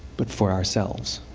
but for ourselves.